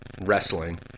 wrestling